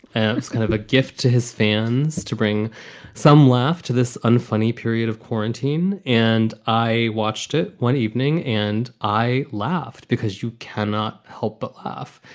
and it's kind of a gift to his fans to bring some laugh to this unfunny period of quarantine. and i watched it one evening and i laughed because you cannot help but laugh.